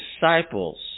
disciples